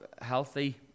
healthy